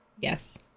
Yes